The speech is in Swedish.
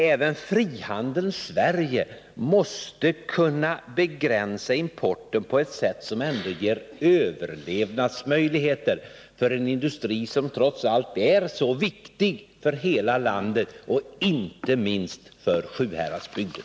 Även frihandelns Sverige måste kunna begränsa importen på ett sätt som ger överlevnadsmöjligheter för en industri som trots allt är så viktig för hela landet, inte minst för Sjuhäradsbygden.